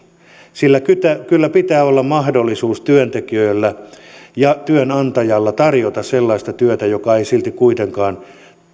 sillä kyllä kyllä pitää olla mahdollisuus työntekijöillä ottaa vastaan ja työnantajalla tarjota sellaista työtä joka ei kuitenkaan